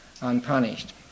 unpunished